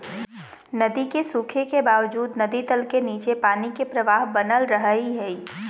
नदी के सूखे के बावजूद नदी तल के नीचे पानी के प्रवाह बनल रहइ हइ